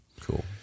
cool